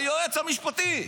היועץ המשפטי.